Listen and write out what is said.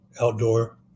outdoor